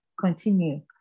continue